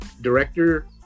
Director